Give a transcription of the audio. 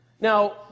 Now